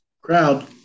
Crowd